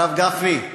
הרב גפני,